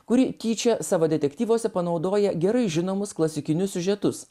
kuri tyčia savo detektyvuose panaudoja gerai žinomus klasikinius siužetus